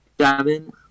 seven